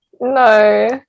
no